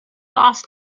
lost